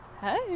Hey